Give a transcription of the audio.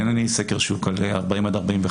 אין לנו סקר של 40 עד 45,